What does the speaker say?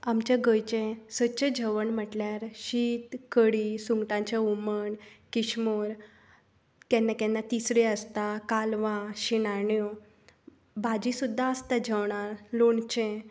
आमचें गोंयचें सदचें जेवण म्हणल्यार शीत कडी सुंगटांचें हुमण किस्मूर केन्ना केन्ना तिसऱ्यो आसता कालवां शिणाण्यो भाजी सुद्दां आसता जेवणाक लोणचें